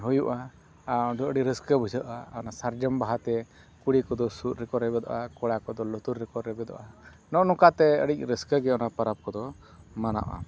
ᱦᱩᱭᱩᱜᱼᱟ ᱟᱨ ᱟᱹᱰᱤ ᱨᱟᱹᱥᱠᱟᱹ ᱵᱩᱡᱷᱟᱹᱜᱼᱟ ᱟᱨ ᱚᱱᱟ ᱥᱟᱨᱡᱚᱢ ᱵᱟᱦᱟᱛᱮ ᱠᱩᱲᱤ ᱠᱚᱫᱚ ᱥᱩᱫᱽ ᱨᱮᱠᱚ ᱨᱮᱵᱮᱫᱟ ᱠᱚᱲᱟ ᱠᱚᱫᱚ ᱞᱩᱛᱩᱨ ᱨᱮᱠᱚ ᱨᱮᱵᱮᱫᱚᱜᱼᱟ ᱱᱚᱜᱼᱚ ᱱᱚᱝᱠᱟᱛᱮ ᱟᱹᱰᱤ ᱨᱟᱹᱥᱠᱟᱹᱜᱮ ᱚᱱᱟ ᱯᱚᱨᱚᱵᱽ ᱠᱚᱫᱚ ᱢᱟᱱᱟᱜᱼᱟ